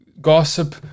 gossip